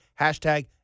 Hashtag